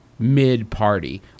mid-party